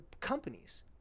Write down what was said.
companies